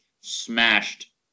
smashed